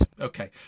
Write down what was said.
okay